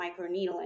microneedling